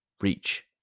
reach